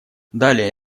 далее